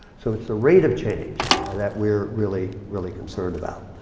so it's the rate of change that we're really, really concerned about.